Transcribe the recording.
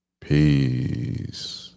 Peace